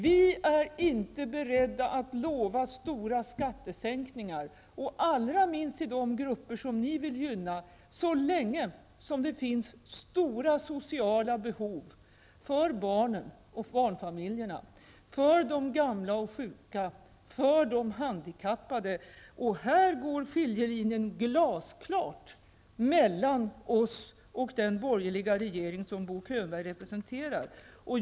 Vi är inte beredda att lova stora skattesänkningar -- allra minst till de grupper som ni vill gynna -- så länge som det finns stora sociala behov för barn och barnfamiljer, för de gamla och sjuka och för de handikappade. Här går skiljelinjen glasklart mellan oss och den borgerliga regering som Bo Könberg representerar.